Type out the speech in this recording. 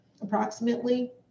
approximately